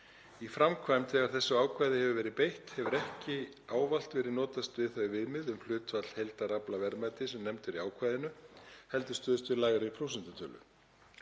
Í framkvæmd, þegar þessu ákvæði hefur verið beitt, hefur ekki ávallt verið notast við þau viðmið um hlutfall heildaraflaverðmætis sem nefnd eru í ákvæðinu heldur stuðst við lægri prósentutölu.